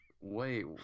Wait